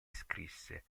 iscrisse